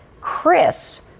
Chris